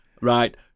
Right